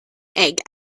egg